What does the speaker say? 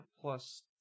plus